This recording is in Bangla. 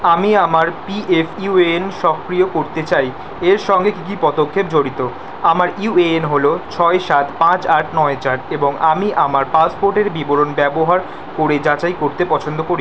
আমি আমার P F U A N সক্রিয় করতে চাই এর সঙ্গে কী কী পদক্ষেপ জড়িত আমার ইউ এ এন হলো ছয় সাত পাঁচ আট নয় চার এবং আমি আমার পাসপোর্টের বিবরণ ব্যবহার করে যাচাই করতে পছন্দ করি